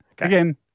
Again